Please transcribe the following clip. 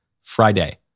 Friday